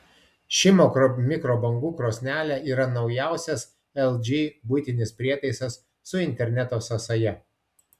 ši mikrobangų krosnelė yra naujausias lg buitinis prietaisas su interneto sąsaja